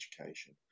education